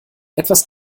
etwas